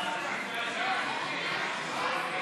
סעיפים